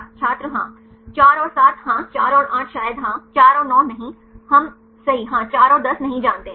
छात्र हाँ 4 और 7 हाँ 4 और 8 शायद हाँ 4 और 9 नहीं हम सही हाँ 4 और 10 नहीं जानते हैं